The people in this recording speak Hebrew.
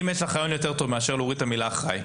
אם יש לך רעיון יותר טוב מאשר להוריד את המילה אחראי?